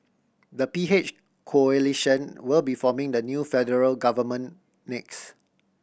the P H coalition will be forming the new federal government next